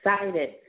excited